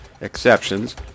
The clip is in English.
exceptions